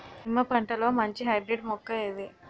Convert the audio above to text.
నిమ్మ పంటలో మంచి హైబ్రిడ్ మొక్క ఏది?